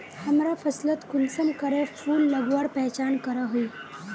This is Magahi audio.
हमरा फसलोत कुंसम करे फूल लगवार पहचान करो ही?